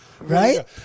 Right